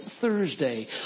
Thursday